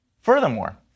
Furthermore